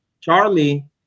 Charlie